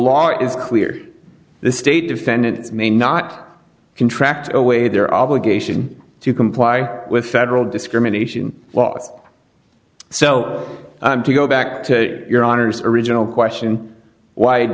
law is clear the state defendants may not contract away their obligation to comply with federal discrimination laws so i'm to go back to your honor's original question why